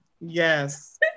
Yes